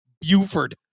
buford